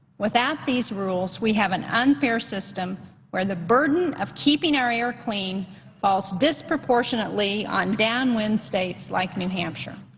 without these rules, we have an unfair system where the burden of keeping our air clean falls disproportionately on downwind states like new hampshire.